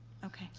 okay.